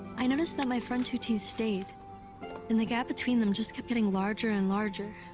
i noticed that my front two teeth stayed and the gap between them just kept getting larger and larger.